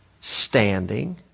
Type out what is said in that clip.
standing